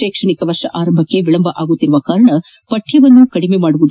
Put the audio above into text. ಶೈಕ್ಷಣಿಕ ವರ್ಷ ಆರಂಭಕ್ಕೆ ವಿಳಂಬವಾಗುತ್ತಿರುವುದರಿಂದ ಪಠ್ಯವನ್ನು ಕಡಿತಗೊಳಿಸಬೇಕು